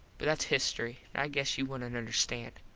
but thats history. i guess you wouldnt understand.